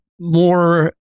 more